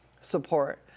support